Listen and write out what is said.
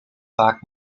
vaak